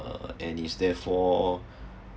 uh and instead for